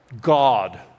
God